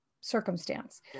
circumstance